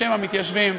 בשם המתיישבים.